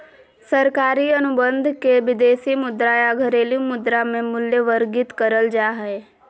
सरकारी अनुबंध के विदेशी मुद्रा या घरेलू मुद्रा मे मूल्यवर्गीत करल जा हय